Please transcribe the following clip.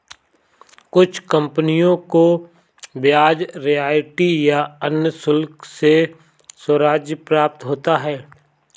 कुछ कंपनियों को ब्याज रॉयल्टी या अन्य शुल्क से राजस्व प्राप्त होता है